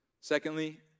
Secondly